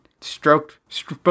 stroked